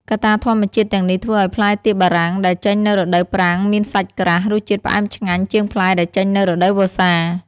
កត្តាធម្មជាតិទាំងនេះធ្វើឱ្យផ្លែទៀបបារាំងដែលចេញនៅរដូវប្រាំងមានសាច់ក្រាស់ រសជាតិផ្អែមឆ្ងាញ់ជាងផ្លែដែលចេញនៅរដូវវស្សា។